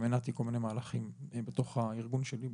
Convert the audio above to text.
הנעתי כל מיני מהלכים בתוך הארגון שלי,